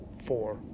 four